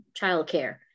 childcare